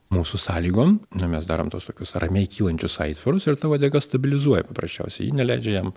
mūsų sąlygom na mes darom tuos tokius ramiai kylančius aitvarus ir ta uodega stabilizuoja paprasčiausiai ji neleidžia jam